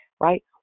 right